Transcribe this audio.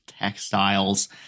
Textiles